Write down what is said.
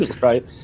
right